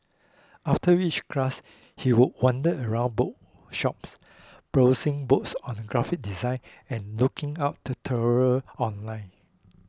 after each class he would wander around bookshops browsing books on graphic design and looking up tutorials online